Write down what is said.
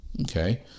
Okay